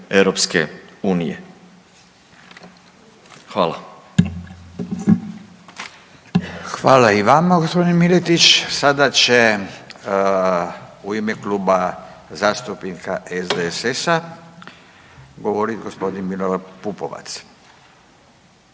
Furio (Nezavisni)** Hvala i vama gospodin Miletić. Sada će u ime Kluba zastupnika SDSS-a govorit gospodin Milorad Pupovac.